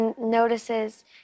notices